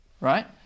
right